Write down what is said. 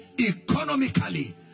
economically